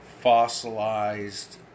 fossilized